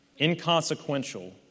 inconsequential